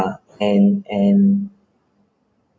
and and